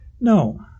No